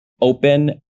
open